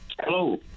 Hello